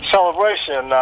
Celebration